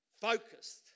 focused